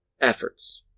efforts